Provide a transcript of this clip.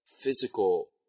physical